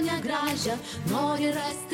ne gražią nori rasti